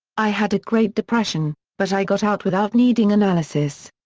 i had a great depression, but i got out without needing analysis.